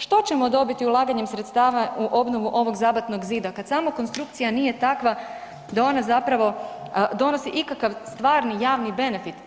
Što ćemo dobiti ulaganjem sredstava u obnovu ovog zabatnog zida kad sama konstrukcija nije takva da ona zapravo donosi ikakav stvarni javni benefit.